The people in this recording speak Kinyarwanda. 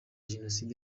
jenoside